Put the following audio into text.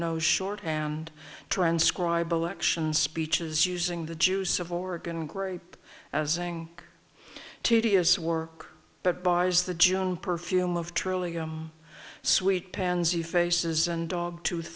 knows short and transcribe elections speeches using the juice of oregon grape as saying tedious work but buys the junk perfume of truly sweet pansy faces and dog tooth